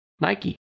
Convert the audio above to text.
Nike